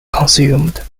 consumed